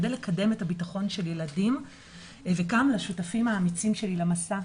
כדי לקדם את הביטחון של הילדים וגם לשותפים האמיצים שלי למסע,